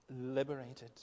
liberated